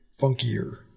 funkier